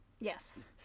Yes